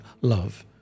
love